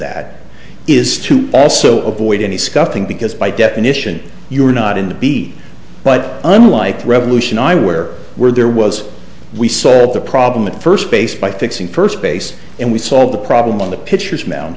that is to also avoid any scuffing because by definition you are not in the be but unlike revolution i where were there was we saw of the problem at first base by fixing first base and we solved the problem on the pitcher's moun